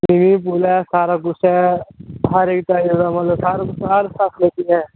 swimming pool ऐ सारा कुछ ऐ हर इक टाइप दा मतलब हर हर फैस्लििटी ऐ